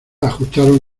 ajustaron